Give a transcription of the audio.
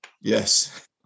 Yes